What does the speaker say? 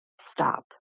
Stop